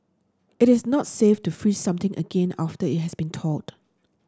it is not safe to freeze something again after it has been thawed